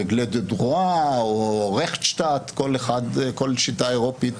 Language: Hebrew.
règle de trois או Rechtsstaat כל שיטה אירופית